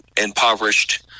impoverished